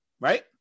Right